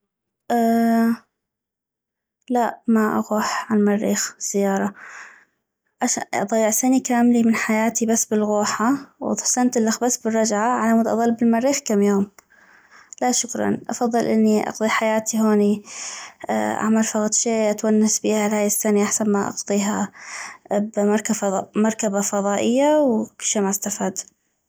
لا ما اغوح عل مريخ زيارة اش اضيع سني كاملي من حياتي بس بالغوحة وسنة الخ بس بالرجعة علمود اظل بالمريخ كم يوم لا شكراً افضل اني اقضي حياتي هوني اعمل فغد شي اتونس بيها هاي السني احسن ما اقضيها بمركبة فضائية وكشي ما استفاد